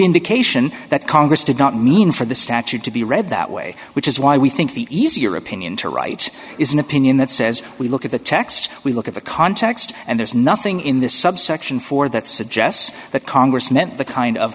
indication that congress did not mean for the statute to be read that way which is why we think the easier opinion to write is an opinion that says we look at the text we look at the context and there's nothing in this subsection four that suggests that congress meant the kind of